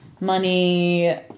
money